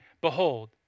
Behold